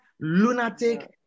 lunatic